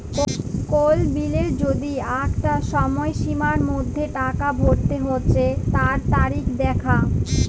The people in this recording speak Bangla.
কোল বিলের যদি আঁকটা সময়সীমার মধ্যে টাকা ভরতে হচ্যে তার তারিখ দ্যাখা